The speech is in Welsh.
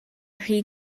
rhy